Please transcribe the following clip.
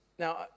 Now